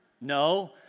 No